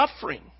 suffering